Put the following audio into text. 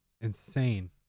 insane